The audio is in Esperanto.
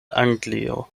anglio